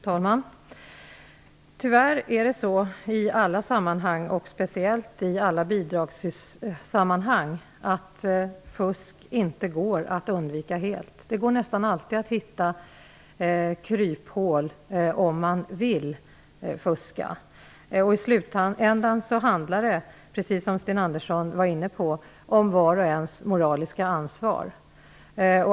Fru talman! Tyvärr är det i alla sammanhang så, speciellt i alla bidragssammanhang, att fusk inte helt går att unvika. Om man vill fuska går det nästan alltid att hitta kryphål. Precis som Sten Andersson i Malmö var inne på handlar det i slutändan om var och ens moraliska ansvar.